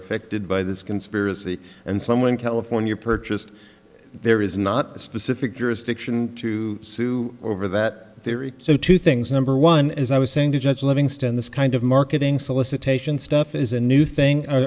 affected by this conspiracy and someone california purchased there is not a specific jurisdiction to sue over that theory so two things number one as i was saying to judge livingston this kind of marketing solicitation stuff is a new thing